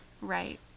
right